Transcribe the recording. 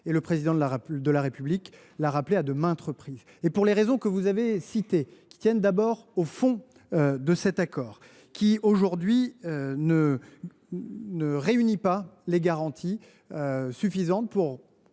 le Président de la République l’a rappelée à maintes reprises, pour les raisons que vous avez citées, qui tiennent tout d’abord au fond de cet accord. Celui ci, aujourd’hui, ne réunit pas les garanties suffisantes pour